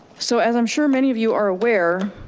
so, as i'm sure, many of you are aware,